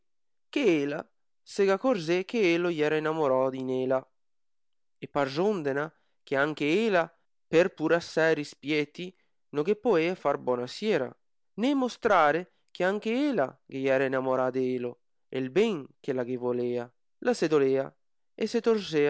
che eia se gh acorzè che elo iera inamorò in eia e perzondena che anche eia per purassè respieti no ghe poea far bona giera né mostrare che anche eia ghe iera inamorà de elo e il ben che la ghe volea la se dolea e se